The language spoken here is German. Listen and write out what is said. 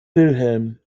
wilhelm